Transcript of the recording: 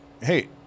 Hey